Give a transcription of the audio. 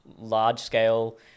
large-scale